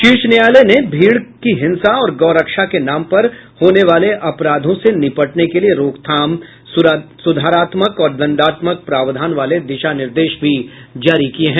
शीर्ष न्यायालय ने भीड़ की हिंसा और गौ रक्षा के नाम पर होने वाले अपराधों से निपटने के लिए रोकथाम सुधारात्मक और दंडात्मक प्रावधान वाले दिशा निर्देश भी जारी किए हैं